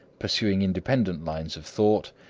pursuing independent lines of thought,